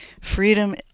Freedom